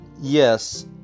yes